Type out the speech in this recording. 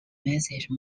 message